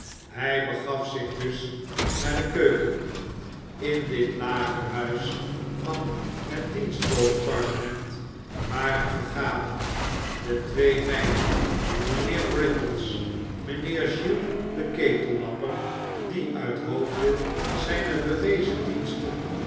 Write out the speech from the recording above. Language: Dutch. hij begaf zich dus naar de keuken in dit lagerhuis van het dienstboden parlement waren vergaderd de twee meiden mijnheer brittles mijnheer giles de ketellapper die uit hoofde zijner bewezen diensten